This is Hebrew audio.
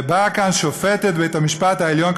ובאה כאן שופטת בית המשפט העליון,